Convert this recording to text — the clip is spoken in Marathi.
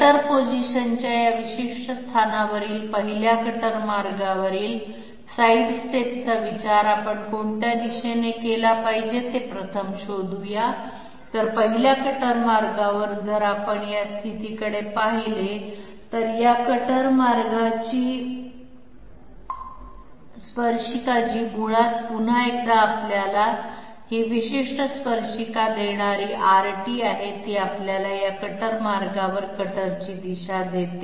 कटर पोझिशनच्या या विशिष्ट स्थानावरील पहिल्या कटर मार्गावरील साइडस्टेपचा विचार आपण कोणत्या दिशेने केला पाहिजे हे प्रथम शोधूया तर पहिल्या कटर मार्गावर जर आपण या स्थितीकडे पाहिले तर या कटर मार्गाची स्पर्शिका जी मुळात पुन्हा एकदा आपल्याला ही विशिष्ट स्पर्शिका देणारी Rt आहे ती आपल्याला या कटर मार्गावर कटरची दिशा देते